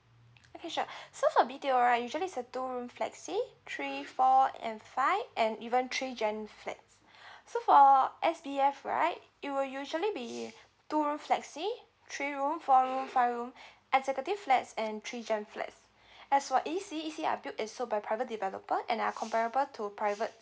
okay sure so for B_T_O right usually is a two room flexi three four and five and even three gen flats so for S_D_F right it will usually be two room flexi three room four room five room executive flats and three gen flats as for E_C E_C is sold by private developer and are comparable to private